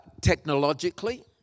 technologically